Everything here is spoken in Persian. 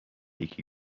یکی